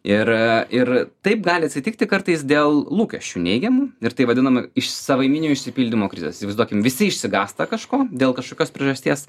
ir a ir taip gali atsitikti kartais dėl lūkesčių neigiamų ir tai vadinama iš savaiminio išsipildymo krizės įsivaizduokim visi išsigąsta kažko dėl kažkokios priežasties